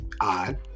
odd